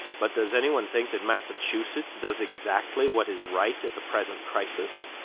but does anyone think that massachusetts does exactly what is right at the present crisis?